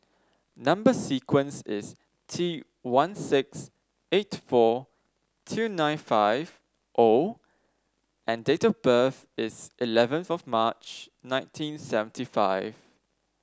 number sequence is T one six eight four two nine five O and date of birth is eleven March nineteen seventy five